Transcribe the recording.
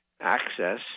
access